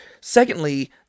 secondly